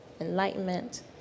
enlightenment